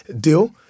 deal